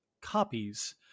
copies